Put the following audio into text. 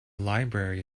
library